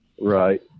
Right